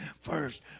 first